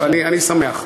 אני שמח.